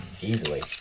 Easily